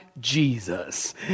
Jesus